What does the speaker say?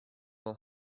will